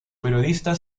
periodista